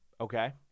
Okay